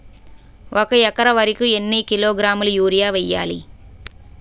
ఒక ఎకర వరి కు ఎన్ని కిలోగ్రాముల యూరియా వెయ్యాలి?